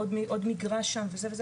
עוד מגרש וזה.